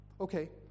Okay